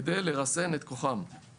כדי לרסן את כוחם;